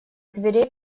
дверей